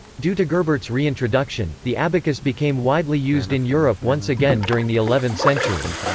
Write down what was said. due to gerbert's reintroduction, the abacus became widely used in europe once again during the eleventh century.